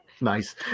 Nice